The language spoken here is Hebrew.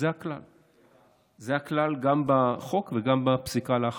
זה הכלל גם בחוק וגם בפסיקה אחריו.